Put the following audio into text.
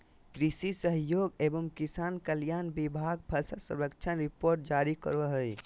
कृषि सहयोग एवं किसान कल्याण विभाग फसल सर्वेक्षण रिपोर्ट जारी करो हय